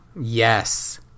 yes